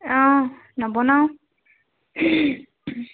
অঁ নবনাও